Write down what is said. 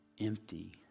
empty